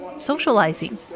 Socializing